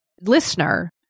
listener